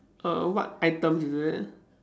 err what items is it